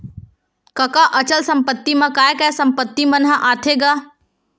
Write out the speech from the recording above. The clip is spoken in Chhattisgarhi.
कका अचल संपत्ति मा काय काय संपत्ति मन ह आथे गा?